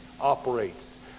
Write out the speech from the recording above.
operates